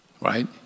Right